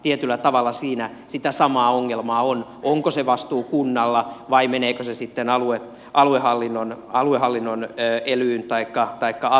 tietyllä tavalla siinä sitä samaa ongelmaa on onko se vastuu kunnalla vai meneekö se sitten aluehallinnon elyyn taikka aviin